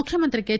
ముఖ్యమంత్రి కె